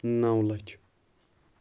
نو لچھ